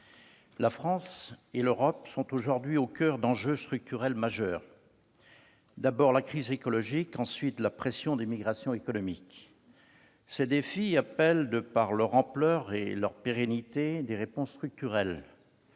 la France et l'Europe sont aujourd'hui au coeur d'enjeux structurels majeurs : d'abord, la crise écologique ; ensuite, la pression des migrations économiques. Ces défis appellent, de par leur ampleur et leur pérennité, des réponses structurelles.